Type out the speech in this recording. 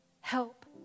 Help